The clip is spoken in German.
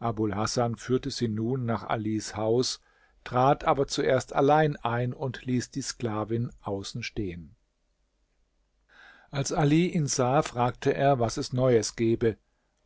abul hasan führte sie nun nach alis haus trat aber zuerst allein ein und ließ die sklavin außen stehen als ali ihn sah fragte er was es neues gebe